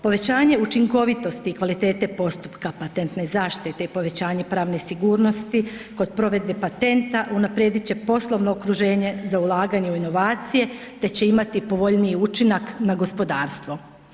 Povećanje učinkovitosti i kvalitete postupka patentne zaštite i povećanje pravne sigurnosti kod provedbe patenta unaprijediti će poslovno okruženje za ulaganje u inovacije te će imati povoljniji učinak na gospodarstvo.